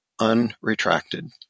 unretracted